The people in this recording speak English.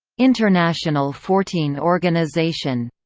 international fortean organisation